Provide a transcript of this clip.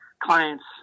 clients